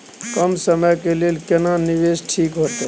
कम समय के लेल केना निवेश ठीक होते?